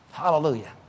Hallelujah